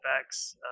effects